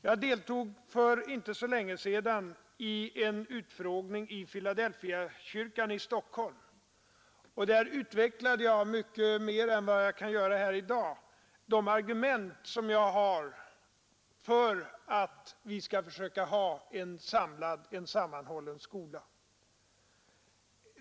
Jag deltog för inte så länge sedan i en utfrågning i Filadelfiakyrkan i Stockholm, och där utvecklade jag mycket mer än jag kan göra här i dag de argument som jag har för att vi skall försöka ha en sammanhållen skola.